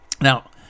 Now